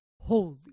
holy